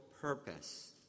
purpose